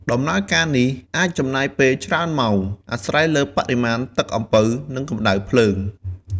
ដំណើរការនេះអាចចំណាយពេលច្រើនម៉ោង អាស្រ័យលើបរិមាណទឹកអំពៅ និងកម្ដៅភ្លើង។